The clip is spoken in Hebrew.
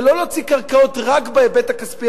ולא להוציא קרקעות רק בהיבט הכספי,